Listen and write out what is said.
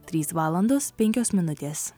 trys valandos penkios minutės